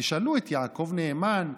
תשאלו את יעקב נאמן,